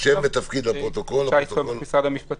שי סומך, משרד המשפטים.